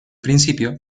principio